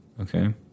Okay